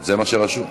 זה מה שרשום.